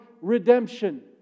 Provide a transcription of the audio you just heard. redemption